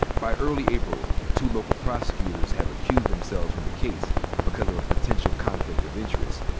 by early april, two local prosecutors had recused themselves from the case because of a potential conflict of interest.